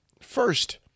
First